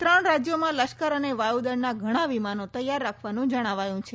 ત્રણ રાજ્યોમાં લશ્કર અને વાયુદળના ઘણા વિમાનો તૈયાર રાખવાનું જણાવાયું છે